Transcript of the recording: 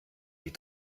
die